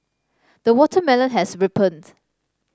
the watermelon has ripened